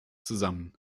zusammen